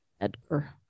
Edgar